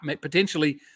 potentially